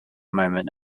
moment